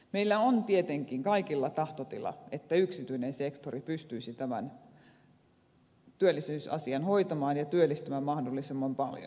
meillä on tietenkin kaikilla tahtotila että yksityinen sektori pystyisi tämän työllisyysasian hoitamaan ja työllistämään mahdollisimman paljon